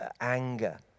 anger